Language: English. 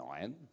iron